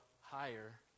higher